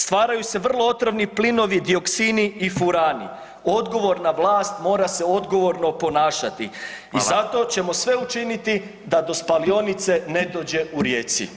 Stvaraju se vrlo otrovni plinovi dioksini i furani, odgovorna vlast mora se odgovorno ponašati [[Upadica: Hvala.]] i zato ćemo sve učiniti da do spalionice ne dođe u Rijeci.